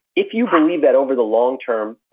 if you believe that over the long term,